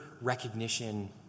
recognition